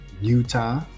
Utah